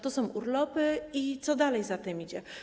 To są urlopy i to, co dalej za tym idzie.